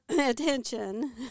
attention